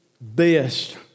best